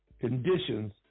conditions